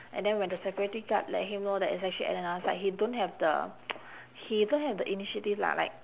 and then when the security guard let him know that it's actually at another side he don't have the he don't have the initiative lah like